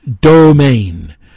domain